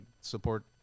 support